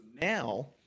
now